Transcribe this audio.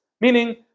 Meaning